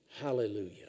hallelujah